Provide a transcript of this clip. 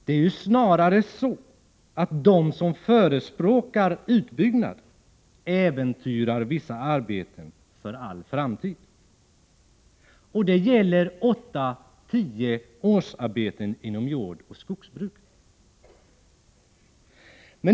Det är ju snarare så, att de som förespråkar utbyggnaden äventyrar vissa arbeten för all framtid, nämligen åtta å tio årsarbeten inom jordoch skogsbruk.